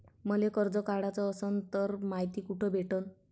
मले कर्ज काढाच असनं तर मायती कुठ भेटनं?